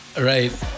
Right